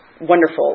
wonderful